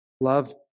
Love